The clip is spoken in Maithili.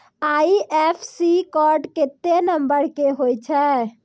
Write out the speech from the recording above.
आई.एफ.एस.सी कोड केत्ते नंबर के होय छै